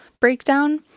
breakdown